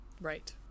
Right